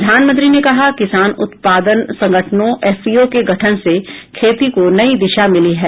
प्रधानमंत्री ने कहा कि किसान उत्पादन संगठनों एफपीओ के गठन से खेती को नई दिशा मिली है